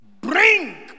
Bring